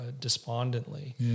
despondently